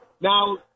Now